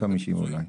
250 אלף אולי.